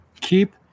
keep